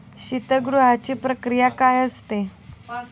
शीतगृहाची प्रक्रिया काय असते?